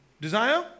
desire